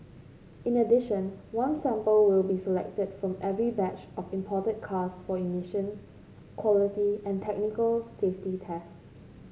in addition one sample will be selected from every batch of imported cars for emission quality and technical safety tests